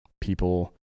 people